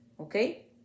okay